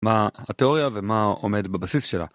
מה התיאוריה ומה עומד בבסיס שלה.